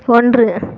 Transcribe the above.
ஒன்று